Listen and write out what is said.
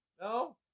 No